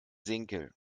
senkel